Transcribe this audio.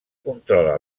controla